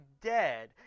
dead